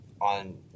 on